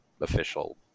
official